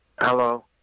Hello